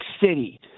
City